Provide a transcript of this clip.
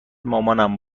مامانم